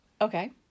Okay